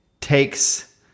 takes